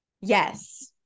Yes